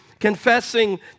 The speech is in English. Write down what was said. Confessing